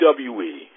WWE